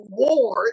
war